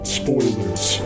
spoilers